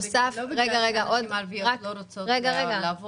לא בגלל שנשים ערביות לא רוצות לעבוד.